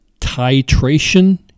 titration